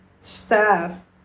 staff